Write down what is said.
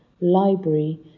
library